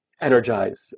energize